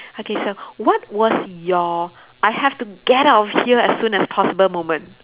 okay so what was your I have to get out of here as soon as possible moment